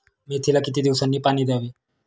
मेथीला किती दिवसांनी पाणी द्यावे?